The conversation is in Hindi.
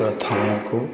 प्रथाओं को